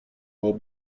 will